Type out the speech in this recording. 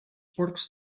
porcs